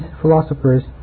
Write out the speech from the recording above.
philosophers